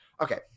Okay